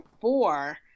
four